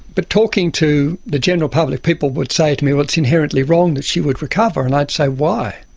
but talking to the general public, people would say to me, well, it's inherently wrong that she would recover' and i'd say, why?